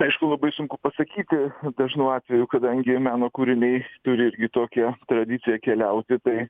aišku labai sunku pasakyti dažnu atveju kadangi meno kūriniai turi irgi tokią tradiciją keliauti tai